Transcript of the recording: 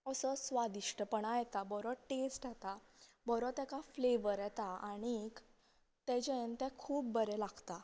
असो स्वादिश्टपणां येता बरो टेस्ट येता बरो तेका फ्लेवर येता आनीक तेजेन तें खूब बरें लागता